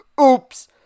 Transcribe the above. oops